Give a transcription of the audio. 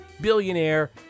billionaire